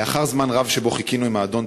לאחר זמן רב שבו חיכינו עם האדון,